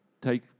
take